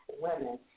women